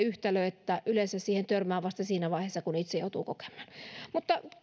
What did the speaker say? yhtälö että yleensä siihen törmää vasta siinä vaiheessa kun itse joutuu sen kokemaan mutta